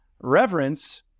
reverence